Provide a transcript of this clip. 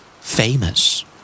Famous